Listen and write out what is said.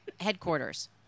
headquarters